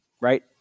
Right